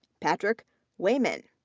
patrick weihmann,